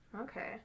Okay